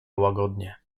łagodnie